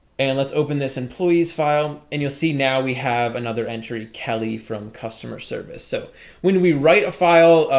and let's open this employee's file and you'll see now we have another entry kelly from customer service. so when we write a file